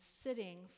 sitting